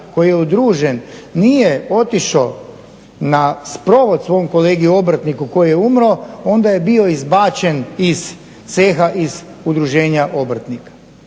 koji je udružen nije otišao na sprovod svom kolegi obrtniku koji je umro onda je bio izbačen iz ceha iz udruženja obrtnika.